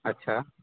अच्छा